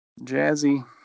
jazzy